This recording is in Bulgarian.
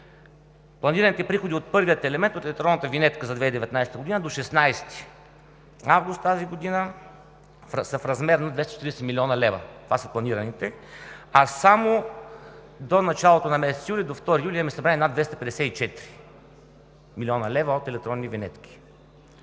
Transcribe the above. Планираните приходи от първия елемент от електронната винетка за 2019 г. до 16 август тази година са в размер на 240 млн. лв. – това са планираните, а само до началото на месец юли, до 2 юли, имаме събрани над 254 млн. лв. от електронни винетки.